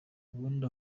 ubundi